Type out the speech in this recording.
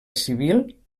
civil